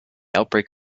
outbreak